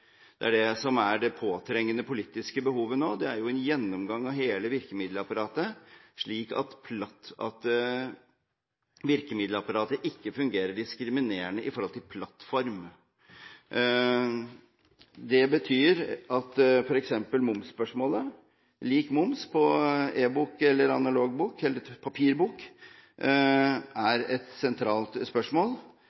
av plattform. Det som er det påtrengende politiske behovet nå, er en gjennomgang av hele virkemiddelapparatet, slik at virkemiddelapparatet ikke fungerer diskriminerende med hensyn til plattform. Det betyr f.eks. at momsspørsmålet – lik moms på e-bok og papirbok